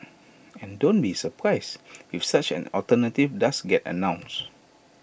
and don't be surprised if such an alternative does get announced